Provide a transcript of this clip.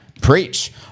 Preach